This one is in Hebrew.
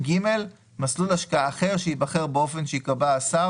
מסלול השקעה אחר שייבחר באופן שיקבע השר